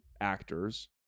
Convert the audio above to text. actors